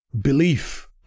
belief